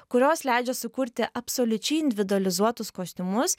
kurios leidžia sukurti absoliučiai individualizuotus kostiumus